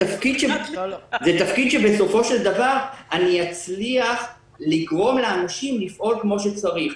-- זה תפקיד שבסופו של דבר אצליח לגרום לאנשים לפעול כפי שצריך.